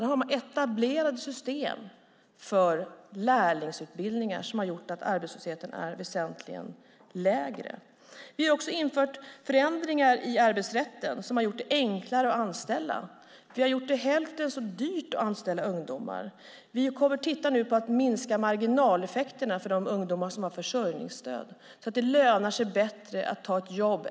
Där har man etablerade system för lärlingsutbildningar som har gjort att arbetslösheten är väsentligt lägre. Vi har också infört förändringar i arbetsrätten som har gjort det enklare att anställa. Vi har gjort det hälften så dyrt att anställa ungdomar. Vi kommer nu att titta på hur vi kan minska marginaleffekterna för de ungdomar som har försörjningsstöd så att det lönar sig bättre att ta ett jobb.